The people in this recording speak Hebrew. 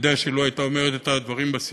יודע שלו הייתה אומרת את הדברים בסיומת,